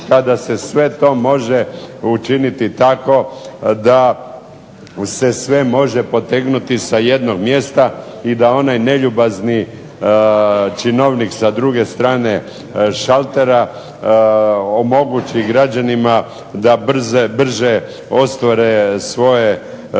pa da se sve to može učiniti tako da se sve može potegnuti sa jednog mjesta i da onaj neljubazni činovnik sa druge strane šaltera omogući građanima da brže ostvare svoje